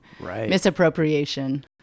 misappropriation